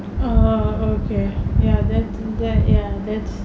oh okay ya that's right ya that's